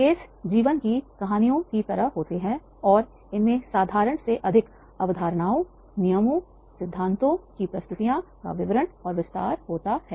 case जीवन की कहानियों की तरह होते हैं और इनमें साधारण से अधिक अवधारणाओं नियमों और सिद्धांतों की प्रस्तुतियाँ का विवरण और विस्तार होता हैं